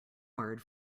word